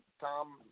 Tom